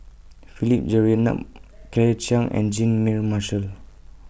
Philip Jeyaretnam Claire Chiang and Jean Mary Marshall